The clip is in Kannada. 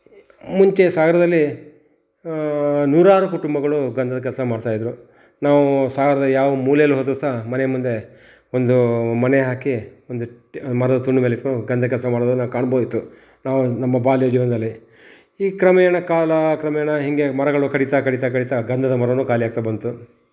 ಮುಂಚೆ ಸಾಗರದಲ್ಲಿ ನೂರಾರು ಕುಟುಂಬಗಳು ಗಂಧದ ಕೆಲಸ ಮಾಡ್ತಾಯಿದ್ರು ನಾವು ಸಾಗರದ ಯಾವ ಮೂಲೇಲಿ ಹೋದರೂ ಸಹ ಮನೆ ಮುಂದೆ ಒಂದು ಮಣೆ ಹಾಕಿ ಒಂದು ಮರದ ತುಂಡು ಮೇಲಿಟ್ಟು ಗಂಧ ಕೆಲಸ ಮಾಡೋದನ್ನು ನಾವು ಕಾಣ್ಬೋದಿತ್ತು ನಾವು ನಮ್ಮ ಬಾಲ್ಯದ ಜೀವನದಲ್ಲಿ ಈಗ ಕ್ರಮೇಣ ಕಾಲ ಕ್ರಮೇಣ ಹೀಗೆ ಮರಗಳು ಕಡಿತಾ ಕಡಿತಾ ಕಡಿತಾ ಗಂಧದ ಮರವೂ ಖಾಲಿಯಾಗ್ತಾ ಬಂತು